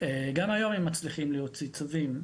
גם היום מצליחים להוציא צווים.